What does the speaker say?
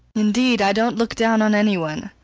indeed, i don't look down on anyone.